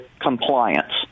compliance